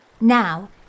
Now